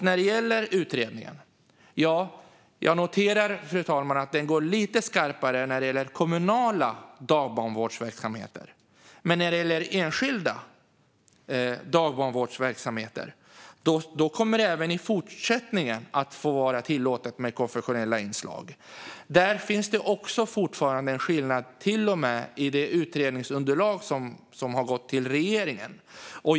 När det gäller utredningen noterar jag att den är lite skarpare när det gäller kommunala dagbarnvårdsverksamheter, men när det gäller enskilda sådana kommer det även i fortsättningen att vara tillåtet med konfessionella inslag. Där finns fortfarande en skillnad, till och med i det utredningsunderlag som har gått till regeringen.